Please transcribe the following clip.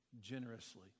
generously